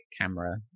camera